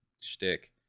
shtick